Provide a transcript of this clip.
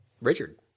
Richard